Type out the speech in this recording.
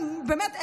באמת,